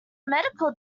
medical